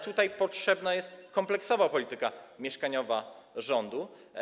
Tutaj potrzebna jest kompleksowa polityka mieszkaniowa rządu.